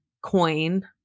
coin